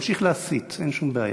תמשיך להסית, אין שום בעיה.